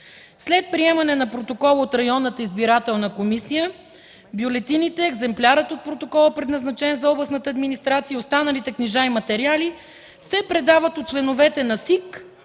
след приемане на протокола от районната избирателна комисия бюлетините, екземплярът от протокола, предназначен за областната администрация, и останалите книжа и материали се предават от членовете на СИК